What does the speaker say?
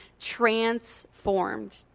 transformed